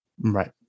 Right